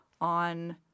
on